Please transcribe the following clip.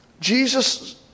Jesus